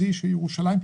בירושלים.